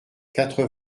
quatre